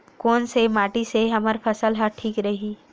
कोन से माटी से हमर फसल ह ठीक रही?